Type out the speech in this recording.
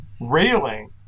railing